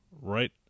Right